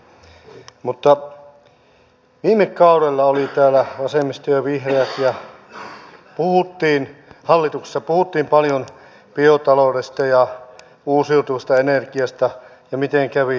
mutta viime kaudella oli täällä vasemmisto ja vihreät ja hallituksessa puhuttiin paljon biotaloudesta ja uusiutuvasta energiasta ja miten kävi